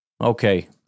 okay